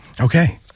Okay